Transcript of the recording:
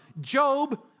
Job